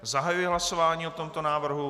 Zahajuji hlasování o tomto návrhu.